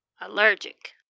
allergic